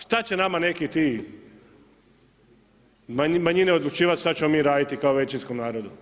Šta će nama neki ti manjine odlučivati šta ćemo mi radit kao većinskom narodu?